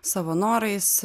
savo norais